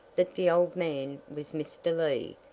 that the old man was mr. lee,